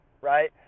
right